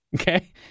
okay